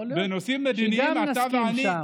יכול להיות שנסכים גם שם.